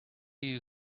you